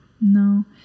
No